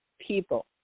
people